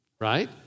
Right